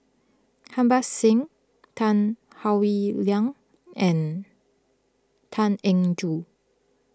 Harbans Singh Tan Howe Liang and Tan Eng Joo